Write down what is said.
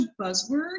buzzword